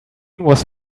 was